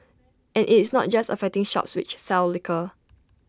and IT is not just affecting shops which sell liquor